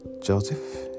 Joseph